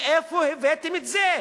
מאיפה הבאתם את זה?